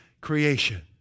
creation